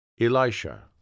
Elisha